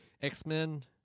X-Men